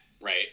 right